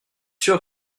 sûrs